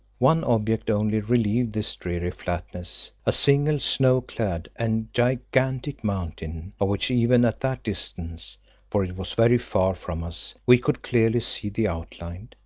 one object only relieved this dreary flatness, a single, snow-clad, and gigantic mountain, of which even at that distance for it was very far from us we could clearly see the outline.